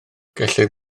gellir